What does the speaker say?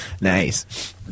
Nice